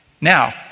Now